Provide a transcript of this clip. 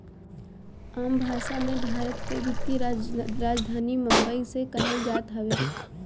आम भासा मे, भारत के वित्तीय राजधानी बम्बई के कहल जात हवे